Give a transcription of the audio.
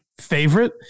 favorite